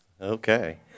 Okay